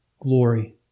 glory